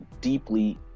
deeply